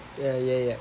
ya ya ya